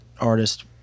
artist